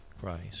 Christ